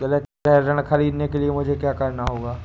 गृह ऋण ख़रीदने के लिए मुझे क्या करना होगा?